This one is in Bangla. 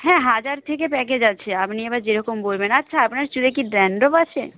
হ্যাঁ হাজার থেকে প্যাকেজ আছে আপনি এবার যেরকম বলবেন আচ্ছা আপনার চুলে কি ড্যানড্রফ আছে